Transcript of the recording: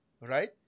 right